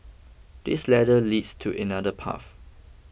this ladder leads to another path